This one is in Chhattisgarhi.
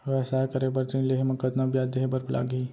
व्यवसाय करे बर ऋण लेहे म कतना ब्याज देहे बर लागही?